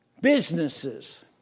Businesses